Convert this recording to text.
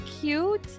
cute